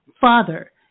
father